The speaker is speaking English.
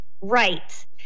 Right